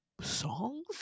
songs